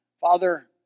Father